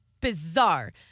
bizarre